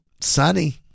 sunny